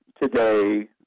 today